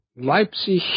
Leipzig